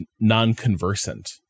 non-conversant